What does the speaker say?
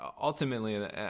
ultimately